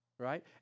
right